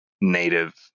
native